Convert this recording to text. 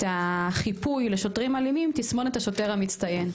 החיפוי לשוטרים אלימים "תסמונת השוטר המצטיין".